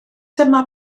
dyma